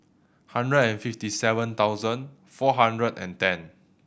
hundred and fifty seven thousand four hundred and ten